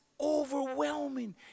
overwhelming